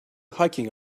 hiking